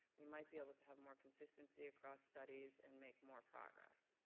we might be able to have more consistency across studies and make more progress.